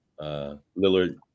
Lillard